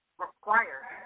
required